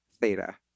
theta